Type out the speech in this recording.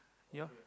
your